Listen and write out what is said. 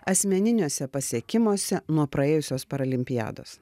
asmeniniuose pasiekimuose nuo praėjusios paralimpiados